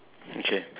okay